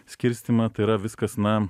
skirstymą tai yra viskas na